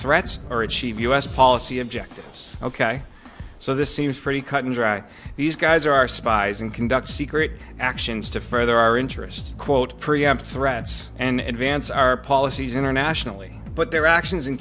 threats or achieve u s policy objectives ok this seems pretty cut and dry these guys are spies and conduct secret actions to further our interests quote preempt threats and advance our policies internationally but their actions in